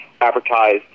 advertised